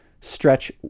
stretch